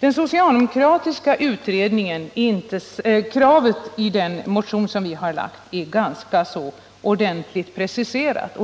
Det socialdemokratiska utredningskravet är i vår motion ordentligt preciserat.